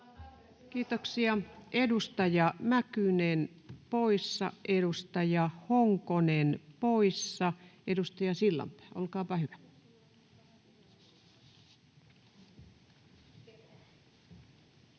Kiitoksia. — Edustaja Mäkynen poissa, Edustaja Honkonen poissa. — Edustaja Sillanpää, olkaapa hyvä. [Speech